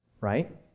Right